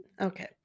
Okay